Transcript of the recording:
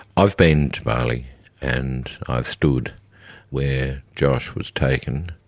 i've been to bali and i stood where josh was taken.